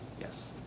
Yes